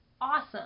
awesome